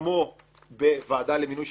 כמו בוועדה למינוי שופטים,